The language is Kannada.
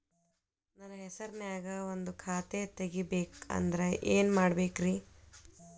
ನನ್ನ ಹೆಸರನ್ಯಾಗ ಒಂದು ಖಾತೆ ತೆಗಿಬೇಕ ಅಂದ್ರ ಏನ್ ಮಾಡಬೇಕ್ರಿ?